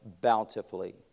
bountifully